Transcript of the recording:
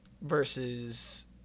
versus